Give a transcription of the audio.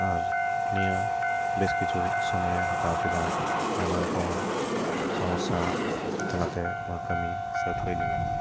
ᱟᱨ ᱱᱤᱭᱟᱹ ᱵᱮᱥ ᱠᱤᱪᱷᱩ ᱚᱠᱛᱚᱭ ᱦᱟᱛᱟᱣ ᱠᱮᱫᱟ ᱟᱭᱢᱟ ᱨᱚᱠᱚᱢᱟᱜ ᱥᱳᱢᱳᱥᱟ ᱛᱟᱞᱟᱛᱮ ᱱᱚᱣᱟ ᱠᱟᱹᱢᱤ ᱥᱟᱹᱛ ᱦᱩᱭ ᱞᱮᱱᱟ